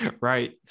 right